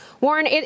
Warren